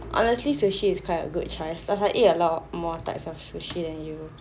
honestly sushi is quite a good choice plus I eat a lot more types of sushi than you